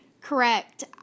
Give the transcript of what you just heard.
Correct